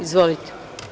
Izvolite.